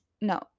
no